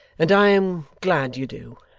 and i am glad you do.